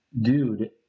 Dude